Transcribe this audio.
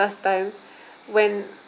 last time when